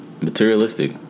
Materialistic